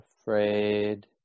afraid